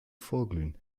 vorglühen